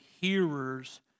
hearers